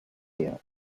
here